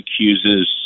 accuses